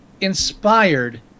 inspired